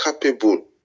capable